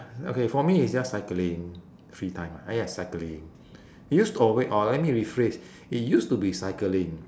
okay for me is just cycling free time I like cycling it used t~ or wait or let me rephrase it used to be cycling